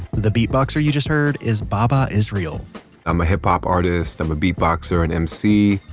the beatboxer you just heard is baba israel i'm a hip-hop artist. i'm a beatboxer, an mc,